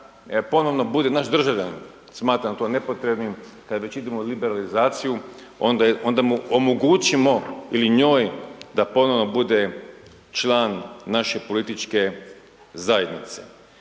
ponovno bude naš državljanin? Smatram to nepotrebnim kada već idemo u liberalizaciju onda mu omogućimo ili njoj da ponovno bude član naše političke zajednice.